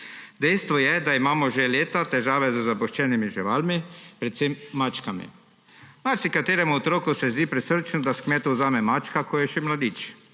Dejstvo je, da imamo že leta težave z zapuščenimi živalmi, predvsem mačkami. Marsikateremu otroku se zdi prisrčno, da s kmetov vzame mačka, ko je še mladič.